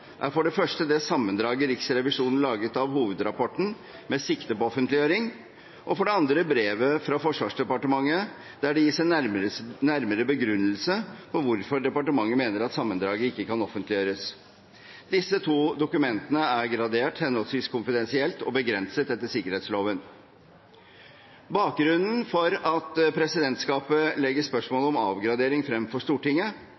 er for det første det sammendraget Riksrevisjonen laget av hovedrapporten med sikte på offentliggjøring, og for det andre brevet fra Forsvarsdepartementet der det gis en nærmere begrunnelse for hvorfor departementet mener at sammendraget ikke kan offentliggjøres. Disse to dokumentene er gradert henholdsvis «konfidensielt» og «begrenset» etter sikkerhetsloven. Bakgrunnen for at presidentskapet legger spørsmålet om avgradering frem for Stortinget,